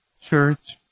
church